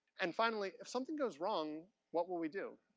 and finally, if something goes wrong, what will we do?